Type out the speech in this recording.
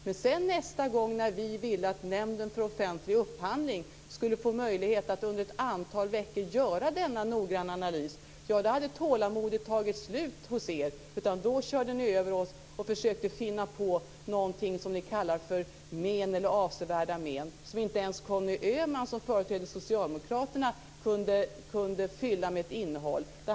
Men nästa gång, när vi ville att Nämnden för offentlig upphandling skulle få möjlighet att under ett antal veckor göra denna noggranna analys, hade ert tålamod tagit slut. Då körde ni över oss och försökte komma med någonting som ni kallade men eller avsevärda men, något som inte ens Conny Öhman som företräder Socialdemokraterna kunde fylla med ett innehåll.